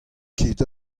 ket